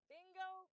Bingo